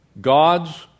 God's